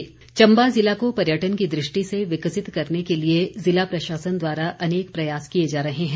पर्यटन चम्बा जिला को पर्यटन की दृष्टि से विकसित करने के लिए जिला प्रशासन द्वारा अनेक प्रयास किए जा रहे हैं